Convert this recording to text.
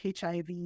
HIV